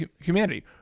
humanity